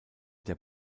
der